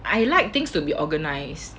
I like things to be organized